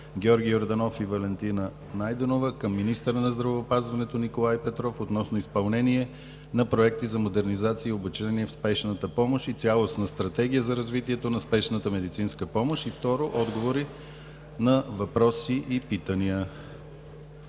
Георги Йорданов и Валентина Найденова към министъра на здравеопазването Николай Петров относно изпълнение на проекти за модернизация и обучение в спешната помощ и цялостна стратегия за развитието на спешната медицинска помощ. 1.2. Отговори на въпроси и питания.“